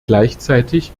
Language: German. gleichzeitig